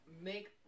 make